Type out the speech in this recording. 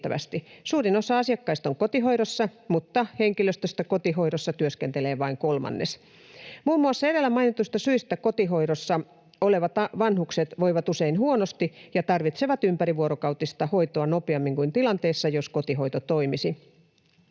Suurin osa asiakkaista on kotihoidossa, mutta henkilöstöstä kotihoidossa työskentelee vain kolmannes. Muun muassa edellä mainituista syistä kotihoidossa olevat vanhukset voivat usein huonosti ja tarvitsevat ympärivuorokautista hoitoa nopeammin kuin tilanteessa, jossa kotihoito toimisi.